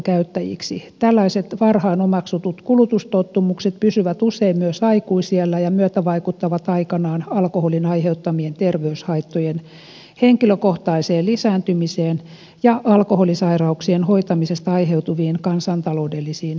tällaiset varhain omaksutut kulutustottumukset pysyvät usein myös aikuisiällä ja myötävaikuttavat aikanaan alkoholin aiheuttamien terveyshaittojen henkilökohtaiseen lisääntymiseen ja alkoholisairauksien hoitamisesta aiheutuviin kansantaloudellisiin lisäkustannuksiin